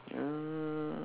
uh